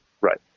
Right